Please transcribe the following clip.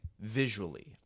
visually